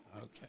Okay